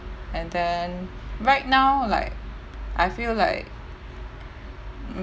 and then right now like I feel like